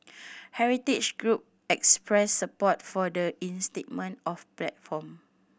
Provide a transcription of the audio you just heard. heritage group expressed support for the reinstatement of platform